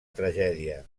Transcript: tragèdia